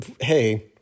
hey